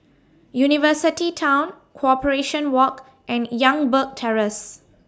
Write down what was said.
University Town Corporation Walk and Youngberg Terrace